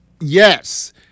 yes